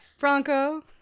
Franco